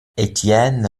étienne